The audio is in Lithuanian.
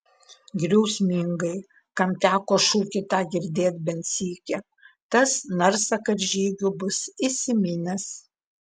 griausmingai kam teko šūkį tą girdėt bent sykį tas narsą karžygių bus įsiminęs